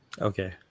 Okay